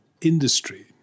industry